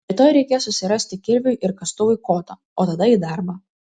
rytoj reikės susirasti kirviui ir kastuvui kotą o tada į darbą